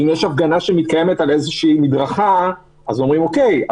אם יש הפגנה שמתקיימת על איזושהי מדרכה אז אומרים: אוקיי,